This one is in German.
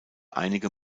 einige